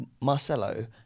Marcelo